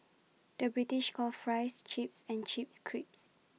the British calls Fries Chips and Chips Crisps